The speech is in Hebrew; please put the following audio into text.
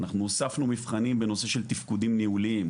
אנחנו הוספנו מבחנים בנושא של תפקודים ניהוליים.